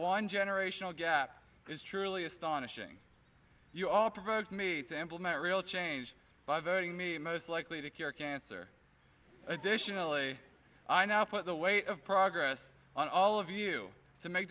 one generational gap is truly astonishing you all provoked me to implement real change by voting me most likely to cure cancer additionally i now put the weight of progress on all of you to make